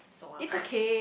sua